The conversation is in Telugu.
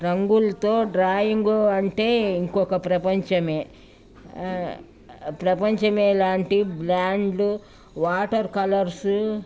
రంగులతో డ్రాయింగు అంటే ఇంకొక ప్రపంచమే ప్రపంచమేలాంటి బ్లాండ్ వాటర్ కలర్సు